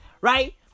Right